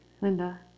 Linda